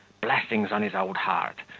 blessings on his old heart!